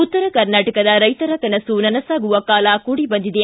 ಉತ್ತರ ಕರ್ನಾಟಕದ ರೈಶರ ಕನಸು ನನಸಾಗುವ ಕಾಲ ಕೂಡಿ ಬಂದಿದೆ